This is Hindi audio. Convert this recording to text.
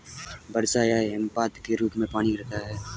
वर्षा या हिमपात के रूप में पानी गिरता है